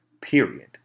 period